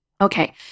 Okay